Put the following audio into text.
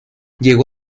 llegó